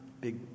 big